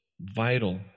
vital